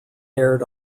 aired